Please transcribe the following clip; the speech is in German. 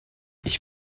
ich